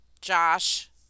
Josh